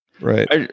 Right